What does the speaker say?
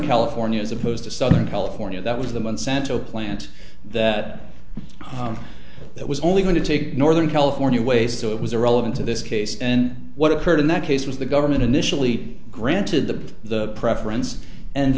california as opposed to southern california that was the monsanto plant that that was only going to take northern california ways to it was irrelevant to this case and what occurred in that case was the government initially granted the preference and